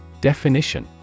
Definition